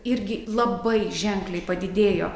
irgi labai ženkliai padidėjo